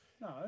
No